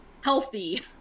healthy